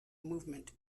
movement